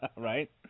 Right